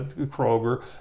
Kroger